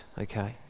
okay